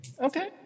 Okay